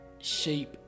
shape